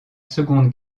seconde